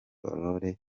aurore